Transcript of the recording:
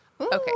Okay